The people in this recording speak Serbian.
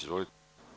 Izvolite.